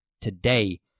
today